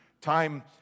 time